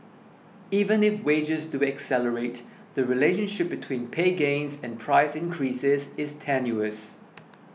even if wages do accelerate the relationship between pay gains and price increases is tenuous